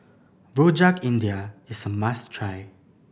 Rojak India is a must try